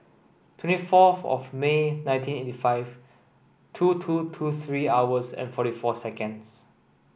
twenty fourth of May nineteen eighty five two two two three hours and forty four seconds